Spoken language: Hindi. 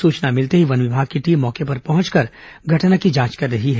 सूचना मिलते ही वन विभाग की टीम मौके पर पहुंचकर घटना की जांच कर रही है